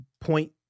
point